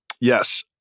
Yes